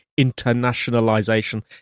internationalization